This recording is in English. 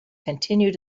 continue